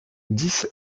dix